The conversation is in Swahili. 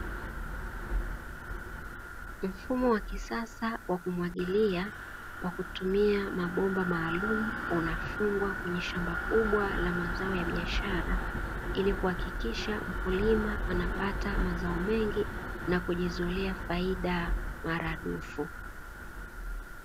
Mfumo wa kisasa wa kumwagilia kwa kutumia mabomba maalumu unafungwa kwenye shamba kubwa la mazao ya biashara, ili kuhakikisha mkulima anapata mazao mengi na kujizoea faida mara dufu.